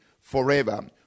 forever